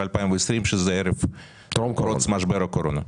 2020 שזה טרם פרוץ משבר הקורונה?